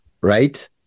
right